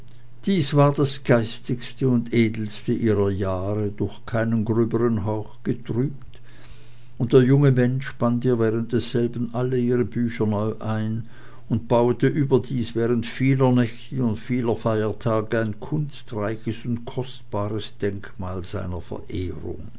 dies war das geistigste und edelste ihrer jahre durch keinen gröbern hauch getrübt und der junge mensch band ihr während desselben alle ihre bücher neu ein und bauete überdies während vieler nächte und vieler feiertage ein kunstreiches und kostbares denkmal seiner verehrung